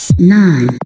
Nine